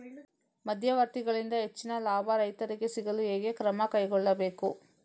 ಮಧ್ಯವರ್ತಿಗಳಿಂದ ಹೆಚ್ಚಿನ ಲಾಭ ರೈತರಿಗೆ ಸಿಗಲು ಹೇಗೆ ಕ್ರಮ ಕೈಗೊಳ್ಳಬೇಕು?